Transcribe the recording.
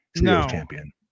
champion